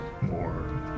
more